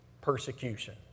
persecution